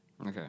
Okay